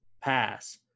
Pass